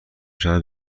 شود